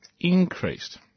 increased